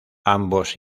ambos